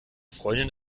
freundin